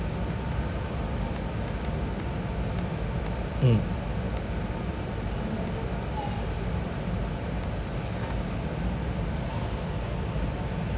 mm